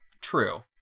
True